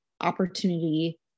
opportunity